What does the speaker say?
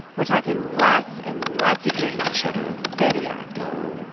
we're talking lots and lots of green. cheddar. feria. dough,